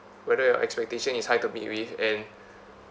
whether your expectation is high to begin with and